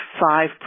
five